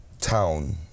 town